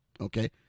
Okay